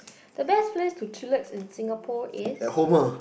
the best place to chillax in Singapore is